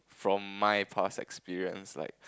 from my past experience like